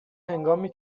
هنگامی